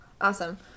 Awesome